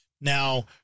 Now